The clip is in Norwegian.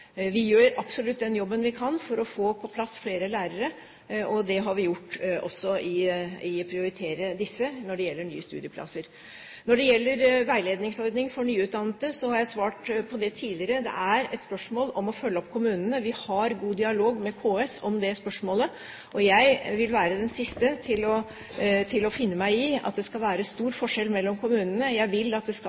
Vi gjør absolutt den jobben vi kan med få på plass flere lærere, og det har vi gjort ved å prioritere disse når det gjelder nye studieplasser. Når det gjelder veiledningsordningen for nyutdannede, har jeg svart på det tidligere. Det er et spørsmål om å følge opp kommunene. Vi har en god dialog med KS om det spørsmålet, og jeg vil være den siste til å finne meg i at det er stor forskjell mellom kommunene. Jeg vil at det skal